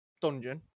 dungeon